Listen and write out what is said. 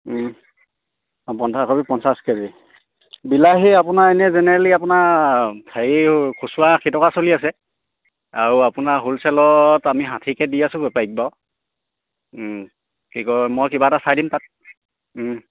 বন্ধাকবি পঞ্চাছ কেজি বিলাহী আপোনাৰ এনেই জেনেৰেলি আপোনাৰ হেৰি খুচুৰা আশী টকা চলি আছে আৰু আপোনাৰ হোলচেলত আমি ষাঠিকৈ দি আছো বেপাৰীক বাৰু কি কয় মই কিবা এটা চাই দিম তাত